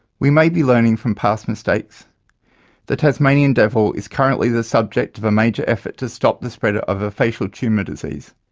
we may be learning from past mistakes the tasmanian devil is currently the subject of a major effort to stop the spread of of a facial tumour disease.